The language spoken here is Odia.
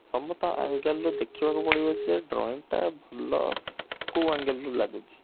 ସମସ୍ତ ଆଙ୍ଗେଲ୍ରୁ ଦେଖିବାକୁ ପଡ଼ିବ ଯେ ଡ୍ରଇଂଟା ଭଲ କେଉଁ ଆଙ୍ଗେଲ୍ରୁ ଲାଗୁଛି